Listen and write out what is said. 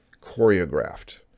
choreographed